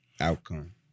Outcome